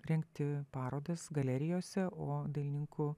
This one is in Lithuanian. rengti parodas galerijose o dailininkų